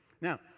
now